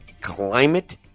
climate